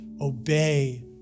obey